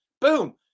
Boom